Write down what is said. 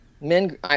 men